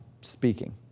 speaking